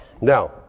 Now